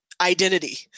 identity